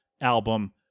album